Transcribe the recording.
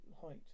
height